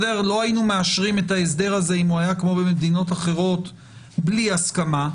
לא היינו מאשרים את ההסדר הזה לו היה קורה במדינות אחרות בלי הסכמה,